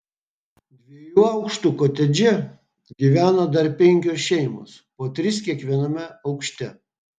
dviejų aukštų kotedže gyveno dar penkios šeimos po tris kiekviename aukšte